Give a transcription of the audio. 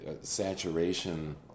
saturation